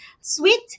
sweet